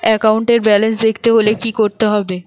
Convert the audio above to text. একাউন্টের ব্যালান্স দেখতে হলে কি করতে হবে?